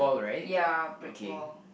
ya brick wall